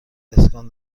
اسکان